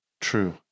True